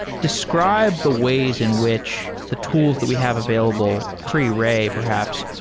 describe the ways in which the tools that we have available, pre-ray perhaps,